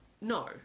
No